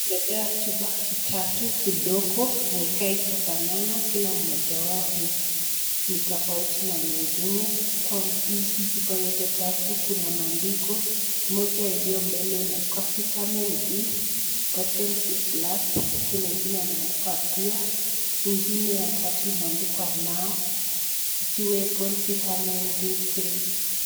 Nimepewa chupa tatu vidogo. Haikai kufanana kila mmoja wao ni ni tofauti na lingine. Kwa hizi chupa yote tatu kuna maandiko. Moja iliyo mbele imeandikwa Vitamin D Potency Plus , kuna ingine imeandikwa Pure , ingine ya tatu imeandikwa Now, Chewable Vitamin D3 .